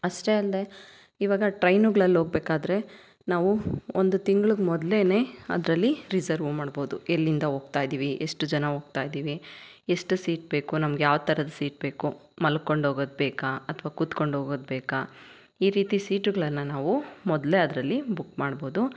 ಅಷ್ಟೇ ಅಲ್ಲದೇ ಇವಾಗ ಟ್ರೈನುಗಳಲ್ಲಿ ಹೋಗಬೇಕಾದರೆ ನಾವು ಒಂದು ತಿಂಗಳಿಗೆ ಮೊದಲೇ ಅದರಲ್ಲಿ ಮಾಡ್ಬೋದು ಎಲ್ಲಿಂದ ಹೋಗ್ತಾಯಿದ್ದೀವಿ ಎಷ್ಟು ಜನ ಹೋಗ್ತಾಯಿದ್ದೀವಿ ಎಷ್ಟು ಸೀಟ್ ಬೇಕು ನಮಗೆ ಯಾವ ಥರದ ಸೀಟ್ ಬೇಕು ಮಲ್ಕೊಂಡು ಹೋಗೋದು ಬೇಕ ಅಥವಾ ಕೂತ್ಕೊಂಡು ಹೋಗೋದು ಬೇಕ ಈ ರೀತಿ ಸೀಟುಗಳನ್ನ ನಾವು ಮೊದಲೇ ಅದರಲ್ಲಿ ಬುಕ್ ಮಾಡ್ಬೋದು